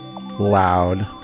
loud